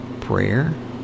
prayer